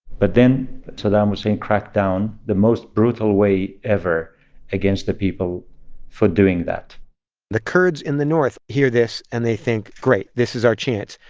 but then saddam hussein cracked down the most brutal way ever against the people for doing that the kurds in the north hear this, and they think, great. this is our chance.